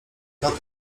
tatko